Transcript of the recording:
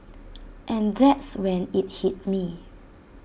and that's when IT hit me